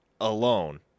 alone